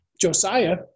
Josiah